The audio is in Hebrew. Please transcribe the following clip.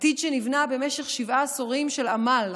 עתיד שנבנה במשך שבעה עשורים של עמל,